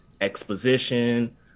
exposition